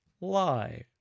lie